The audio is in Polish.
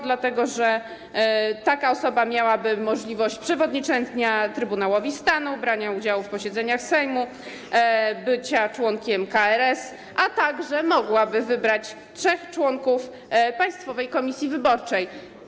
Dlatego że taka osoba miałaby możliwość przewodniczenia Trybunałowi Stanu, brania udziału w posiedzeniach Sejmu, bycia członkiem KRS, a także mogłaby wybrać trzech członków Państwowej Komisji Wyborczej.